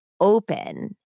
open